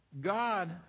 God